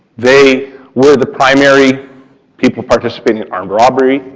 they were the primary people participating in armed robbery,